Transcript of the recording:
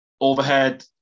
overhead